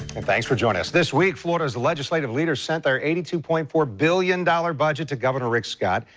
and thanks for joining us this week, florida legislative leader sent their eighty two point four billion budget to governor rick scott.